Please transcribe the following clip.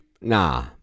Nah